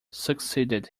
succeeded